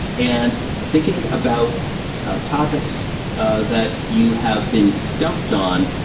and thinking about topics ah that you have been stumped on,